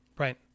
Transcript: Right